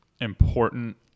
important